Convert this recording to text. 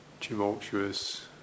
tumultuous